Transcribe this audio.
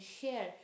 share